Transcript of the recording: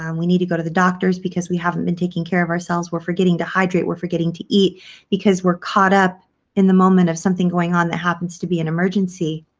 um we need to go to the doctor's because we haven't been taking care of ourselves. we're forgetting to hydrate. we're forgetting to eat because we're caught up in the moment of something going on that happens to be an emergency.